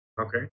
Okay